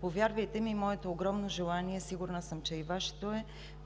Повярвайте ми, моето огромно желание, а сигурна съм, че и Вашето е,